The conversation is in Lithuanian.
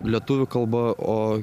lietuvių kalba o